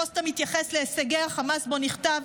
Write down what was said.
פוסט המתייחס להישגי החמאס שבו נכתב: